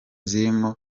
zirimo